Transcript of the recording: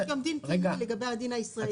לא --- לגבי הדין הישראלי.